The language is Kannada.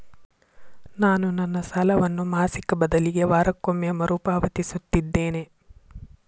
ನಾನು ನನ್ನ ಸಾಲವನ್ನು ಮಾಸಿಕ ಬದಲಿಗೆ ವಾರಕ್ಕೊಮ್ಮೆ ಮರುಪಾವತಿಸುತ್ತಿದ್ದೇನೆ